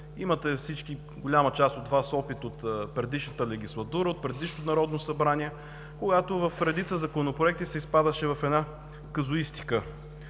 имате – голяма част от Вас, опит от предишната легислатура, от предишното Народно събрание, когато в редица законопроекти се изпадаше в казуистика